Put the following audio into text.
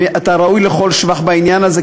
אתה ראוי לכל שבח בעניין הזה,